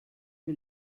che